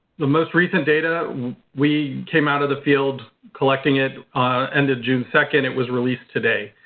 the most recent data we came out of the field collecting it ended june second. it was released today.